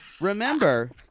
Remember